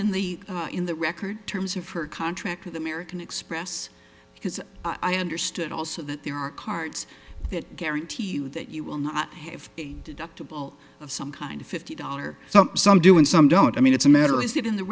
in the in the record terms of her contract with american express because i understood also that there are cards that guarantee you that you will not have a deductible of some kind of fifty dollars or so some do and some don't i mean it's a matter is that in the